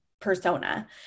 persona